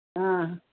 ꯑꯥ